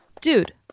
Dude